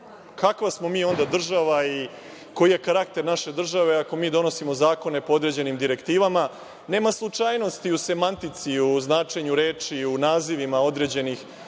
Kakva smo mi onda država i koji je karakter naše države, ako mi donosimo zakone po određenim direktivama. Nema slučajnosti u semantici, u značenju reči, u nazivima određenih